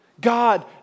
God